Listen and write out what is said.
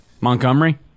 Montgomery